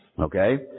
Okay